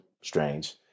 Strange